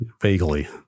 vaguely